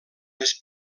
les